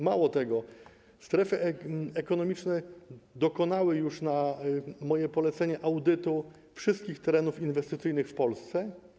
Mało tego, strefy ekonomiczne dokonały już na moje polecenie audytu wszystkich terenów inwestycyjnych w Polsce.